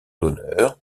d’honneur